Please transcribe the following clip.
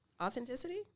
Authenticity